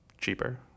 cheaper